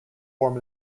form